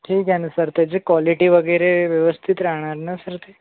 ठीक आहे ना सर त्याचे कॉलिटी वगैरे व्यवस्थित राहणार ना सर ते